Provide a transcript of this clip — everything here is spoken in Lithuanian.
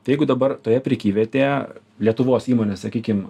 jeigu dabar toje prekyvietėje lietuvos įmonės sakykim